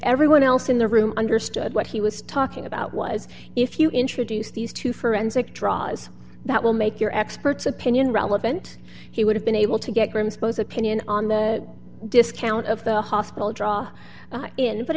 everyone else in the room understood what he was talking about was if you introduce these two forensic draws that will make your expert's opinion relevant he would have been able to get graham's pose opinion on the discount of the hospital draw in but